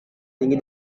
tinggi